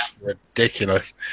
ridiculous